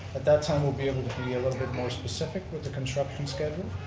at that time we'll be able to be a little bit more specific with the construction schedule.